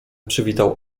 przywitał